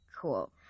Cool